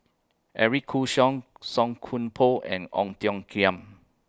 Eric Khoo Song Koon Poh and Ong Tiong Khiam